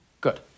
Good